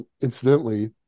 incidentally